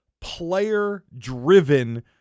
player-driven